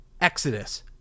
Exodus